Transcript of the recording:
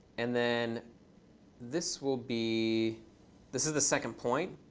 and then this will be this is the second point.